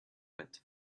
went